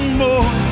more